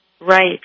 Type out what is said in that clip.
Right